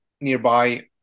nearby